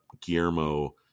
Guillermo